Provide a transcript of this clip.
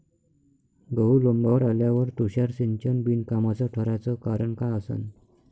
गहू लोम्बावर आल्यावर तुषार सिंचन बिनकामाचं ठराचं कारन का असन?